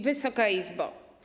Wysoka Izbo!